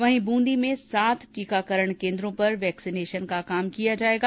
वहीं ब्रंदी में सात टीकाकरण केन्द्रों पर वैक्सीनेशन का कार्य किया जाएगा